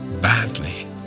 badly